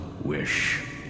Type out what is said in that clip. wish